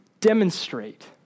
demonstrate